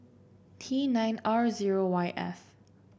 T nine R zero Y F